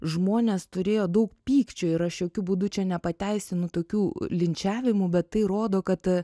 žmonės turėjo daug pykčio ir aš jokiu būdu čia nepateisinu tokių linčiavimų bet tai rodo kad